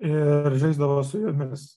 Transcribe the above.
ir žaisdavo su jomis